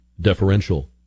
deferential